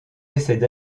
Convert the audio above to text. essaient